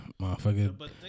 motherfucker